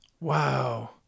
Wow